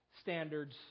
standards